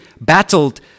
battled